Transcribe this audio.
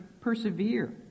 persevere